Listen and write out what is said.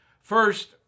First